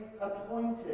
appointed